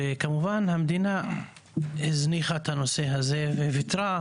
כמובן המדינה הזניחה את הנושא הזה וויתרה.